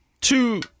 two